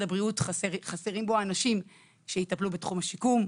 הבריאות חסרים אנשים שיטפלו בתחום השיקום,